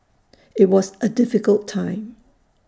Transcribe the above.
IT was A difficult time